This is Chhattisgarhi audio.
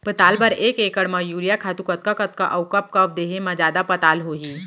पताल बर एक एकड़ म यूरिया खातू कतका कतका अऊ कब कब देहे म जादा पताल होही?